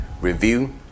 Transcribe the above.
review